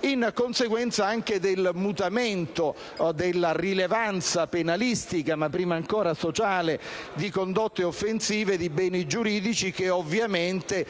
in conseguenza del mutamento della rilevanza penalistica, ma prima ancora sociale di condotte offensive di beni giuridici, che ovviamente